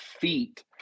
feet